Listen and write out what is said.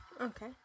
Okay